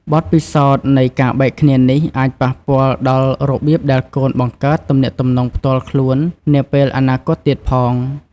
បទពិសោធន៍នៃការបែកគ្នានេះ អាចប៉ះពាល់ដល់របៀបដែលកូនបង្កើតទំនាក់ទំនងផ្ទាល់ខ្លួននាពេលអនាគតទៀតផង។